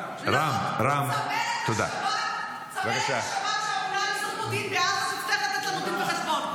צמרת השב"כ --- ואז תצטרך לתת לנו דין וחשבון.